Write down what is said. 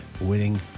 winning